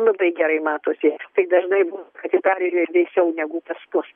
labai gerai matosi tai dažnai būna kad italijoje vėsiau negu pas mus